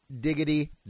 diggity